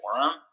forum